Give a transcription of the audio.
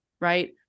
right